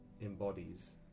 embodies